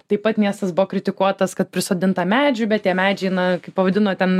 taip pat miestas buvo kritikuotas kad prisodinta medžių bet tie medžiai na kaip pavadino ten